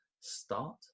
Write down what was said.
start